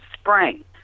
spring